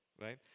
right